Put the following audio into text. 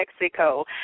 Mexico